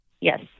yes